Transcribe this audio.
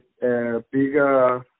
bigger